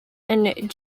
and